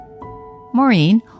Maureen